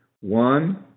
one